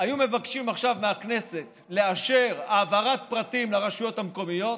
היו מבקשים עכשיו מהכנסת לאשר העברת פרטים לרשויות המקומיות,